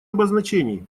обозначений